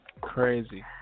Crazy